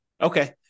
Okay